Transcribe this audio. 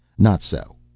not so.